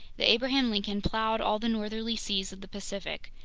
the abraham lincoln plowed all the northerly seas of the pacific,